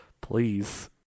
please